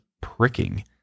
pricking